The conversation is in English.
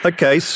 Okay